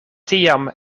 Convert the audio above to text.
tiam